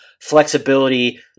flexibility